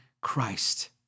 Christ